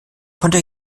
konnte